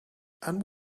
and